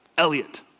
Elliot